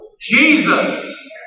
Jesus